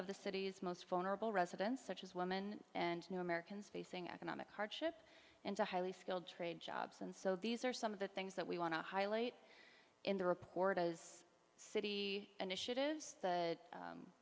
of the city's most vulnerable residents such as woman and new americans facing economic hardship and to highly skilled trade jobs and so these are some of the things that we want to highlight in the report as city initiatives that